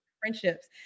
friendships